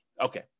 okay